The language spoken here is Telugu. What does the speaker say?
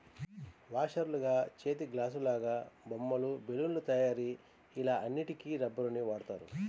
వాషర్లుగా, చేతిగ్లాసులాగా, బొమ్మలు, బెలూన్ల తయారీ ఇలా అన్నిటికి రబ్బరుని వాడుతారు